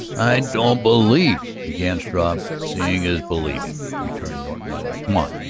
i don't believe. began struve. seeing is believing, returned norton lightly. come on.